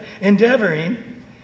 endeavoring